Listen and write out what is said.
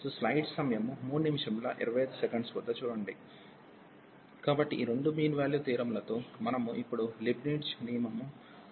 కాబట్టి ఈ రెండు మీన్ వాల్యూ థియోరమ్ల తో మనము ఇప్పుడు లీబ్నిట్జ్ నియమము కోసం కొనసాగవచ్చు